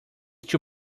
two